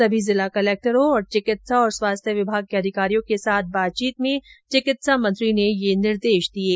सभी जिला कलेक्टरों और चिकित्सा और स्वास्थ्य विभाग के अधिकारियों के साथ बातचीत में चिकित्सा मंत्री ने यह निर्देश दिये